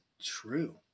true